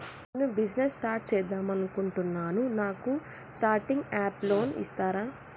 నేను business start చేద్దామనుకుంటున్నాను నాకు స్టార్టింగ్ అప్ లోన్ ఇస్తారా?